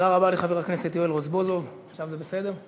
תודה רבה לחבר הכנסת יואל רזבוזוב, עכשיו זה בסדר?